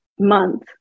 month